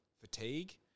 fatigue